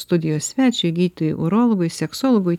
studijos svečiui gydytojui urologui seksologui